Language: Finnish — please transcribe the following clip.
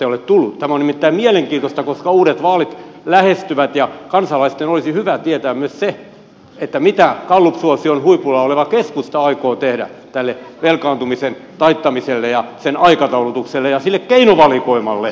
tämä on nimittäin mielenkiintoista koska uudet vaalit lähestyvät ja kansalaisten olisi hyvä tietää myös se mitä gallupsuosion huipulla oleva keskusta aikoo tehdä tälle velkaantumisen taittamiselle sen aikataulutukselle ja sille keinovalikoimalle mitä se edellyttää